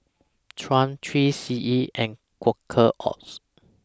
Triumph three C E and Quaker Oats